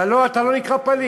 ולא, אתה לא נקרא פליט.